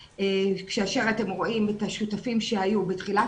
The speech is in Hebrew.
כאשר אתם רואים את השותפים שהיו בתחילת